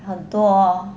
很多